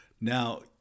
Now